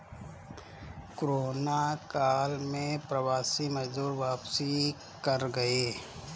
corona काल में प्रवासी मजदूर वापसी कर गए